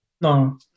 No